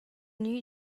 gnü